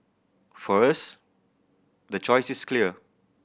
for us the choice is clear